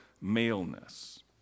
maleness